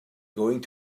going